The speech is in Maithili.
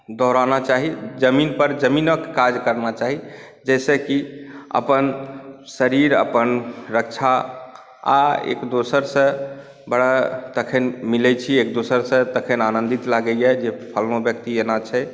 दौड़ाना चाही ज़मीनपर ज़मीनक काज करना चाही जाहिसँ कि अपन शरीर अपन रक्षा आओर एक दोसरसँ बड़ा तखन मिलै छी एक दोसरसँ तखन आनन्दित लागैए जे फलाँ व्यक्ति एना छै